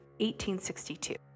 1862